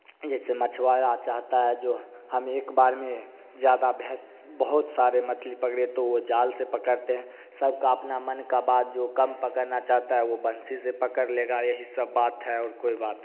जैसे मछवारा चाहता है जो हम एक बार में ज़्यादा बेहत बहुत सारे मछली पकडें तो वो जाल से पकड़ते हैं सबका अपना मन का बात जो कम पकड़ना चाहता है वो बंसी से पकड़ लेगा यही सब बात है और कोई बात